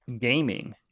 gaming